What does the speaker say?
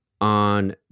on